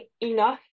enough